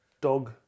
Dog